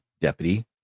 deputy